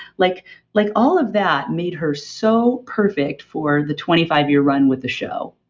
like like all of that made her so perfect for the twenty five year run with the show.